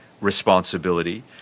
responsibility